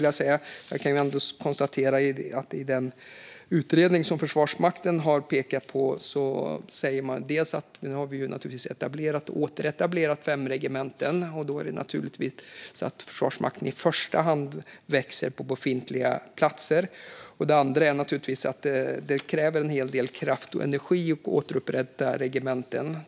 Jag kan ändå konstatera att man i den utredning som Försvarsmakten har pekat på säger att man nu åter har etablerat fem regementen och att det då är naturligt att Försvarsmakten i första hand växer på befintliga platser. Det andra är naturligtvis att det kräver en hel del kraft och energi att återupprätta regementen.